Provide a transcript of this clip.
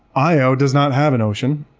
io does not have an ocean.